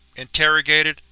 interrogated,